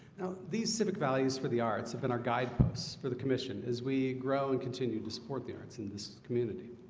now these civic values for the arts have been our guideposts for the commission as we grow and continue to support the arts in this community